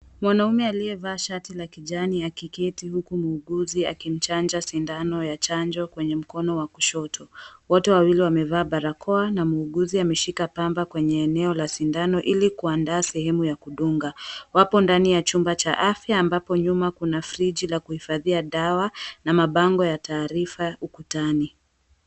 Mwanaume aliyevaa shati la kijani akiketi huku muuguzi akimchanja sindano ya chanjo kwenye mkono wa kushoto wote wawili wamevaa barakoa na muuguzi ameshika pamba kwenye eneo la sindano ili kuandaa sehemu ya kudunga wapo ndani ya chumba cha afya ambapo nyuma kuna friji la kuhifadhia dawa na mabango ya taarifa ukutani.